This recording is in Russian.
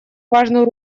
важную